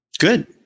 Good